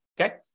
okay